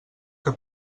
que